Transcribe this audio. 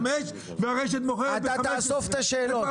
חמישה שקלים והרשת מוכרת ב-15 שקל.